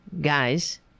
guys